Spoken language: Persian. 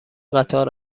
قطار